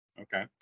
Okay